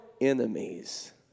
enemies